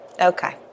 Okay